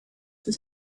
was